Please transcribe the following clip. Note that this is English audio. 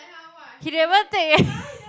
he never take eh